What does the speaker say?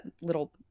little